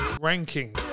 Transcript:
Ranking